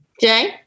Jay